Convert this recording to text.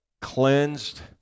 cleansed